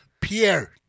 Pierre